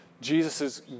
Jesus